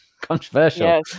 controversial